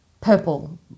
purple